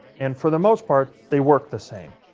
and for the most part, they work the same.